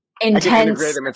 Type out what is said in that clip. intense